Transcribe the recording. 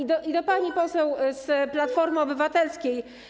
I do pani poseł z Platformy Obywatelskiej.